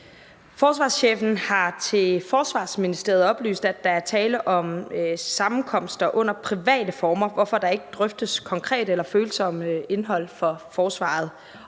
Forsvarschefen har til Forsvarsministeriet oplyst, at der er tale om sammenkomster under private former, hvorfor der ikke drøftes konkret eller følsomt indhold vedrørende forsvaret,